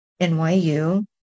NYU